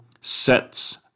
sets